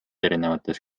erinevates